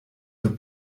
their